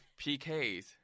PKs